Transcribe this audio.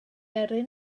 yrru